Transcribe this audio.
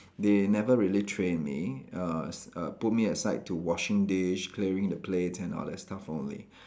they never really train me uh s~ uh put me aside to washing dish clearing the plates and all that stuff only